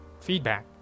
feedback